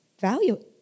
value